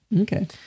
Okay